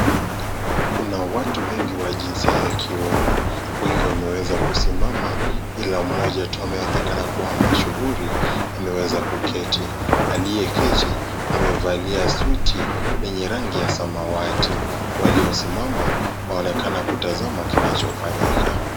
Kuna watu wengi wa jinsia ya kiume, wengi wameweza kusimama ila mmoja tu ambaye anaonekana kua mashuhuri ameweza kuketi, aliyeketi amevalia suti lenye rangi ya samawati, waliosimama wanaonekana kutazama kinachofanyika.